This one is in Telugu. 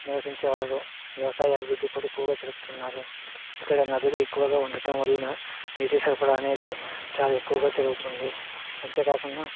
నివసించేవారు వ్యవసాయ అభివృద్ధి కూడా ఎక్కువగా జరుపుతున్నారు ఇక్కడ నదులు ఎక్కువగా ఉండటం వలన నీటి సరఫరా అనేది చాలా ఎక్కువగా జరుగుతుంది అంతేకాకుండా